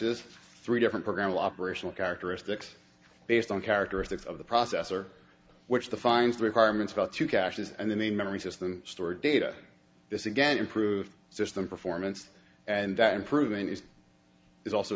is three different program law personal characteristics based on characteristics of the processor which the finds requirements about to caches and then the memory system store data this again improved system performance and that improvement is is also